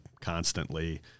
constantly